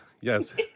yes